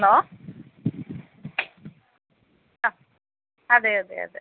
hello ആ അതേ അതേ അതേ